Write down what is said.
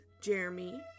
Jeremy